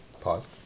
Pause